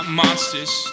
monsters